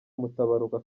mutabaruka